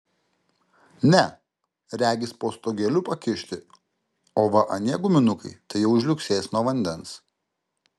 ne regis po stogeliu pakišti o va anie guminukai tai jau žliugsės nuo vandens